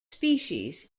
species